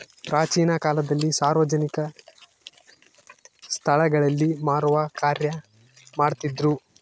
ಪ್ರಾಚೀನ ಕಾಲದಲ್ಲಿ ಸಾರ್ವಜನಿಕ ಸ್ಟಳಗಳಲ್ಲಿ ಮಾರುವ ಕಾರ್ಯ ಮಾಡ್ತಿದ್ರು